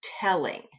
telling